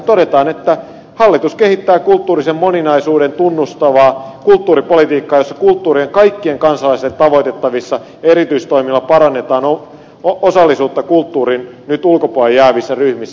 todetaan että hallitus kehittää kulttuurisen moninaisuuden tunnustavaa kulttuuripolitiikkaa jossa kulttuuri on kaikkien kansalaisten tavoitettavissa ja erityistoimilla parannetaan osallisuutta nyt kulttuurin ulkopuolelle jäävissä ryhmissä